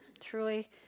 Truly